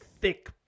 thick